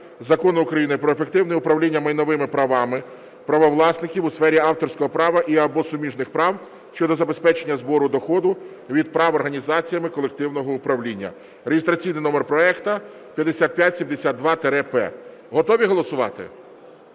Закону України "Про ефективне управління майновими правами правовласників у сфері авторського права і (або) суміжних прав" щодо забезпечення збору доходу від прав організаціями колективного управління (реєстраційний номер проекту 5572-П). Готові голосувати?